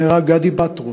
נהרג גדי פטרוב,